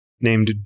named